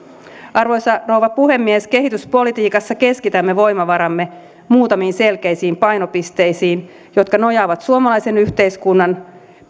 arvoisa rouva puhemies kehityspolitiikassa keskitämme voimavaramme muutamiin selkeisiin painopisteisiin jotka nojaavat suomalaisen yhteiskunnan